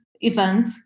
event